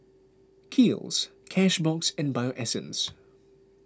Kiehl's Cashbox and Bio Essence